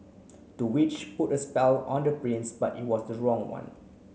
the witch put a spell on the prince but it was the wrong one